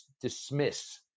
dismiss